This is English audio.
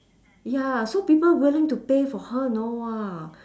ya so people willing to pay for her know !wah!